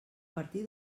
partir